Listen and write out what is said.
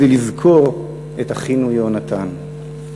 בלי לזכור את אחינו יהונתן.